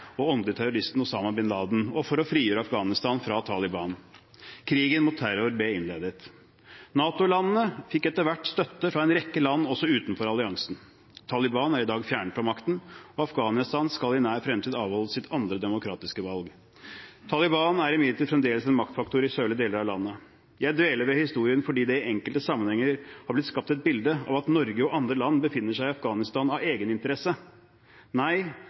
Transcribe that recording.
og åndelige terroristen Osama bin Laden, og for å frigjøre Afghanistan fra Taliban. Krigen mot terror ble innledet. NATO-landene fikk etter hvert støtte fra en rekke land også utenfor alliansen. Taliban er i dag fjernet fra makten, og Afghanistan skal i nær fremtid avholde sitt andre demokratiske valg. Taliban er imidlertid fremdeles en maktfaktor i sørlige deler av landet. Jeg dveler ved historien fordi det i enkelte sammenhenger har blitt skapt et bilde av at Norge og andre land befinner seg i Afghanistan av egeninteresse. Nei,